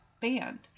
band